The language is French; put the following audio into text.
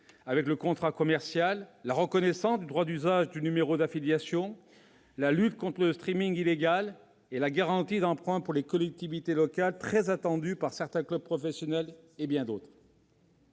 avec le contrat commercial, la reconnaissance du droit d'usage du numéro d'affiliation, la lutte contre le illégal et la garantie d'emprunt par les collectivités locales, très attendue par certains clubs professionnels, et bien d'autres.